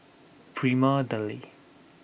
Prima Deli